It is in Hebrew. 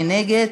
מי נגד?